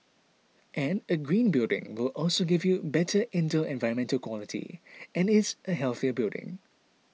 and a green building will also give you better indoor environmental quality and is a healthier building